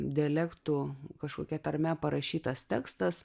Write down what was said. dialektu kažkokia tarme parašytas tekstas